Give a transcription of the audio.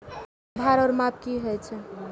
भार ओर माप की होय छै?